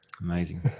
Amazing